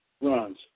runs